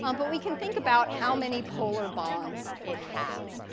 um but we can think about how many polar bonds it has,